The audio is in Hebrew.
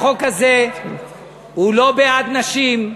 החוק הזה הוא לא בעד נשים,